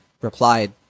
replied